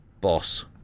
boss